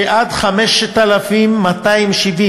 שעד 5,270,